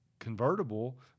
convertible